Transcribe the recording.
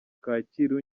kacyiru